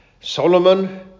Solomon